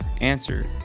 answer